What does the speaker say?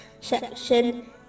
section